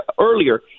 earlier –